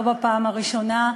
לא בפעם הראשונה.